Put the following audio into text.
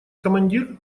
командир